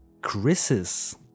Chris's